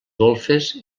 golfes